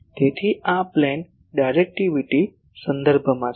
તેથી આ plane directivity સંદર્ભ માં છે